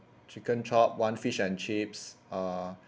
chicken chop one fish and chips uh